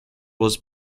was